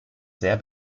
sehr